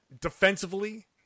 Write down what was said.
defensively